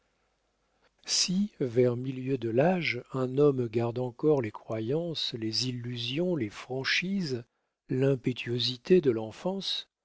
si vers le milieu de l'âge un homme garde encore les croyances les illusions les franchises l'impétuosité de l'enfance